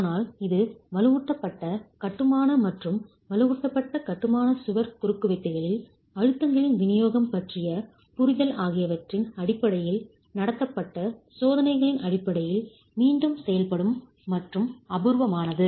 ஆனால் இது வலுவூட்டப்பட்ட கட்டுமான மற்றும் வலுவூட்டப்பட்ட கட்டுமான சுவர் குறுக்குவெட்டுகளில் அழுத்தங்களின் விநியோகம் பற்றிய புரிதல் ஆகியவற்றின் அடிப்படையில் நடத்தப்பட்ட சோதனைகளின் அடிப்படையில் மீண்டும் செயல்படும் மற்றும் அனுபவபூர்வமானது